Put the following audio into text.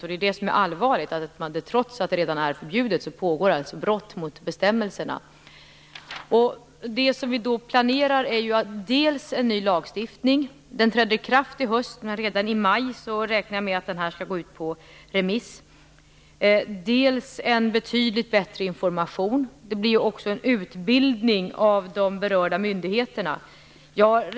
Och det är allvarligt att man bryter mot bestämmelserna, eftersom detta redan är förbjudet. Det som vi planerar är bl.a. en ny lagstiftning. Den träder i kraft i höst, men redan i maj räknar jag med att förslaget skall gå ut på remiss. Vi planerar även en betydligt bättre information. Det kommer också att ske en utbildning av de berörda myndigheterna.